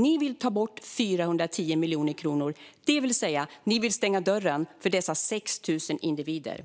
Ni vill ta bort 410 miljoner kronor, det vill säga ni vill stänga dörren för dessa 6 000 individer.